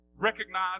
recognize